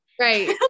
Right